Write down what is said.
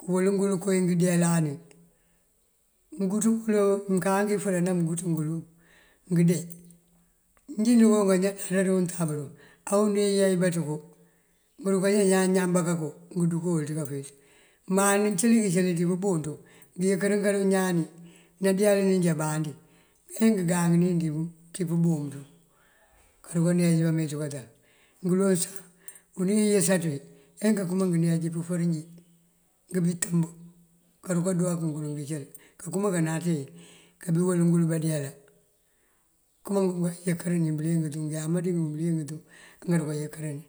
këwël ngël koowí ngëëndeelan wí. Ngënguţ pul, mëënkáni përe amëguţ ngël ngëënde. Njí dukoonk ajá kara dí untab dun, á unú yeebá ţënko buruka já iñaan ñáambá kanko ngëërukol ţí kafeeţ. Má uncí njí ţí pëëmbúţun ngëëyinkirin kaloŋ iñaan nandeelan injá abandí. Ajá ngëëngáani ţí pëëmbúun ţun karuka neej bá meeţú kata. ngëloŋ sá unú uwí yësas wí ajá ngankëma ngëëneej pëfër injí, ngíntamb karuka nguwak ngël ngëëjawí, kankëma kanáaţe kabiwël ngël bandeela. Këma ngayinkirin bëliyëng tú diŋí amari bëliyëng tú angaruka ayinkirini.